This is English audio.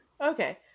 Okay